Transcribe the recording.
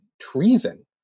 treason